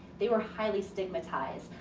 they were highly stigmatized.